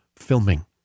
filming